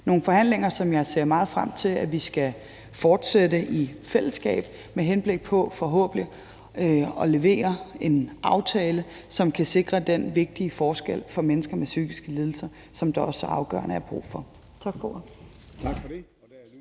nogle forhandlinger, som jeg ser meget frem til at vi skal fortsætte i fællesskab med henblik på forhåbentlig at levere en aftale, som kan sikre, at der gøres den vigtige forskel for mennesker med psykiske lidelser, som der så afgørende er brug for. Tak for ordet.